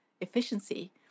efficiency